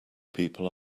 people